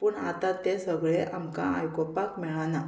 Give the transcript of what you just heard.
पूण आतां तें सगळें आमकां आयकुपाक मेळना